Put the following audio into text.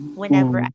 whenever